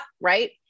right